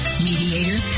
mediator